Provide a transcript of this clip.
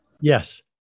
Yes